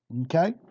Okay